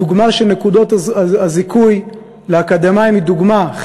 הדוגמה של נקודות הזיכוי לאקדמאים היא דוגמה,